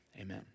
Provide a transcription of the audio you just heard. amen